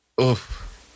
Oof